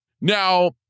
Now